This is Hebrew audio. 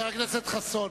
חבר הכנסת חסון,